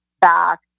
back